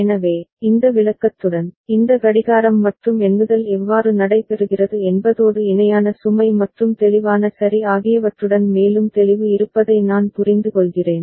எனவே இந்த விளக்கத்துடன் இந்த கடிகாரம் மற்றும் எண்ணுதல் எவ்வாறு நடைபெறுகிறது என்பதோடு இணையான சுமை மற்றும் தெளிவான சரி ஆகியவற்றுடன் மேலும் தெளிவு இருப்பதை நான் புரிந்துகொள்கிறேன்